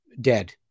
dead